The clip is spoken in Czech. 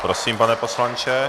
Prosím, pane poslanče.